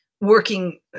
working